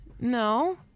no